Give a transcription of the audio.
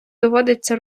доводиться